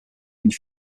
une